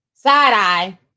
Side-eye